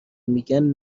میگن